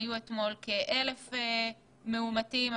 היו אתמול כ-1,000 מאומתים,